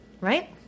right